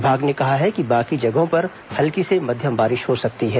विभाग ने कहा है कि बाकी जगहों पर हल्की से मध्यम बारिश हो सकती है